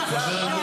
הסברתי כל מה שצריך.